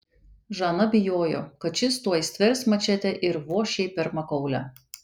žana bijojo kad šis tuoj stvers mačetę ir voš jai per makaulę